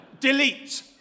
DELETE